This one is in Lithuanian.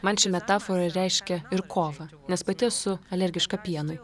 man ši metafora reiškia ir kovą nes pati esu alergiška pienui